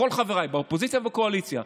כל חבריי, באופוזיציה ובקואליציה.